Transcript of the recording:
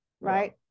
right